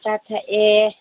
ꯆꯥ ꯊꯛꯑꯦ